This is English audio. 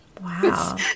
Wow